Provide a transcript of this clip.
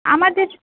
আমাদের